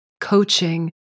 coaching